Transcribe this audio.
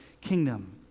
kingdom